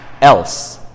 else